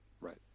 right